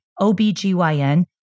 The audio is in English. OBGYN